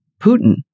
Putin